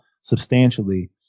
substantially